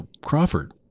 Crawford